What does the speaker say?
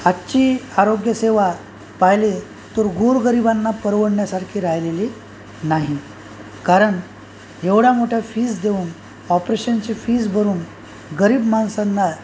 आजची आरोग्यसेवा पाहिली तर गोरगरिबांना परवडण्यासारखी राहिलेली नाही कारण एवढा मोठ्या फीज देऊन ऑपरेशनची फीज भरून गरीब माणसांना